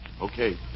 Okay